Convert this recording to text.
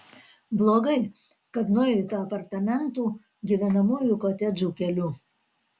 blogai kad nueita apartamentų gyvenamųjų kotedžų keliu